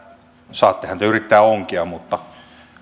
saattehan te yrittää onkia mutta